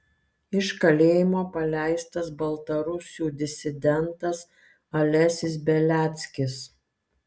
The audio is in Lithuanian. iš kalėjimo paleistas baltarusių disidentas alesis beliackis